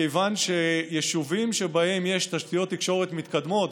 מכיוון שיישובים שבהם יש תשתיות תקשורת מתקדמות,